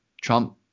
Trump